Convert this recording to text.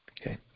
Okay